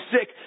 sick